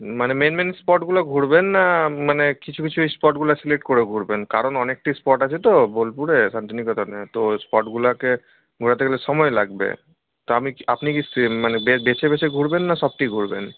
মানে main main স্পটগুলো ঘুরবেন না মানে কিছু কিছু স্পটগুলা সিলেক্ট করে ঘুরবেন কারণ অনেকটি স্পট আছে তো বোলপুরে শান্তিনিকেতনে তো স্পটগুলাতে ঘোরাতে গেলে সময় লাগবে তা আমি আপনি কি সে মানে বেছে বেছে ঘুরবেন না সবটিই ঘুরবেন